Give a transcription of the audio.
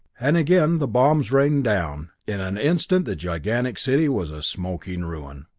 and again, the bombs rained down. in an instant the gigantic city was a smoking ruin.